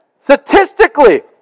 Statistically